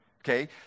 Okay